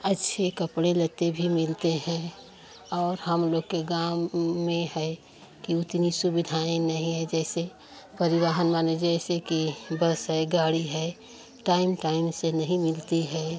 अच्छे कपड़े लत्ते भी मिलते हैं और हम लोग के गाँव में है कि उतनी सुविधाएं नहीं हैं जैसे परिवहन माने जैसे कि बस है गाड़ी है टाइम टाइम से नहीं मिलती है